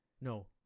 No